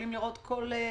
כל